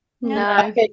no